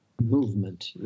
movement